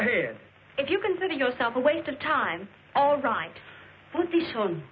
ahead if you consider yourself a waste of time all right would be shown